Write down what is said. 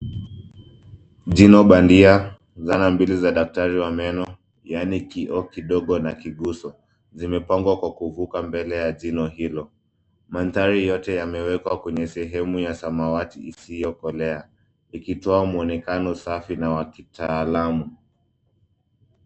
Jino bandia zana mbili za daktari wa meno, yani kioo kidogo na kiguso. Zimepangwa kwa mbele ya jino hilo. Mandhari yote yamewekwa kwenye sehemu ya samawati isiyokolea. Ikitoa mwonekano safi na wa kitaalamu.